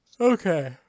Okay